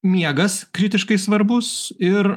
miegas kritiškai svarbus ir